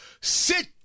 Sit